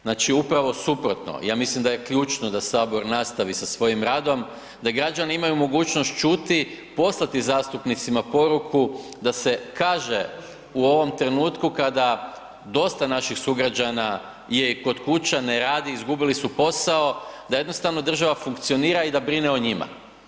Znači upravo suprotno, ja mislim da je ključno da Sabor nastavi sa svojim radom da građani imaju mogućnost čuti, poslati zastupnicima poruku da se kaže u ovom trenutku kada dosta naših sugrađana je kod kuće, ne radi, izgubili su posao da jednostavno država funkcionira i da brine o njima.